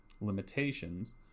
limitations